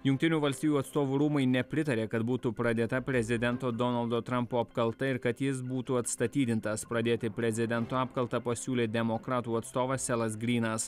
jungtinių valstijų atstovų rūmai nepritarė kad būtų pradėta prezidento donaldo trampo apkalta ir kad jis būtų atstatydintas pradėti prezidento apkaltą pasiūlė demokratų atstovas selas grynas